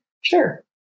Sure